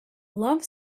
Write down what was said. love